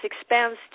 expands